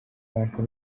bantu